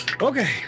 Okay